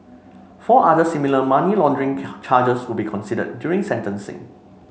four other similar money laundering charges will be considered during sentencing